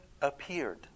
appeared